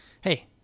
Hey